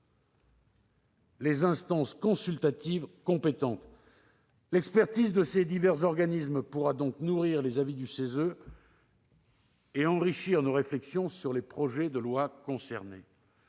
les instances consultatives compétentes. L'expertise de ces divers organismes pourra donc nourrir les avis du CESE et enrichir nos réflexions sur les projets de loi concernés.